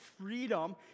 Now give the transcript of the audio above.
freedom